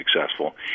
successful